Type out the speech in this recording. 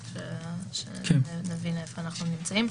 רק שנבין איפה אנחנו נמצאים.